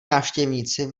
návštěvníci